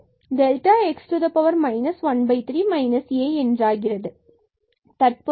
x23 1 so x 13 A என்றாகிறது